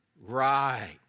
right